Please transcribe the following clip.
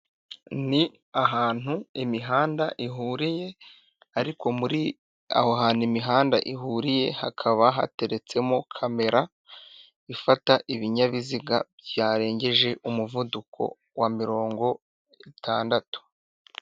Ni ahantu imihanda ihureye, ariko muri aho hantu imihanda ihuriye hakaba hateretsemo kamera, ifata ibinyabiziga byarengeje umuvuduko wa mirongo itandatu.